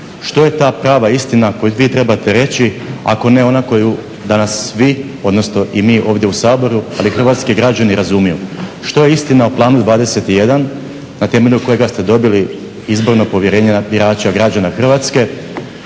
što je ta prava istina koju vi trebate reći ako ne ona koju danas vi, odnosno i mi ovdje u Saboru, ali i hrvatski građani razumiju. Što je istina o Planu 21 na temelju kojega ste dobili izborno povjerenje birača građana Hrvatske?